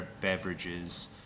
beverages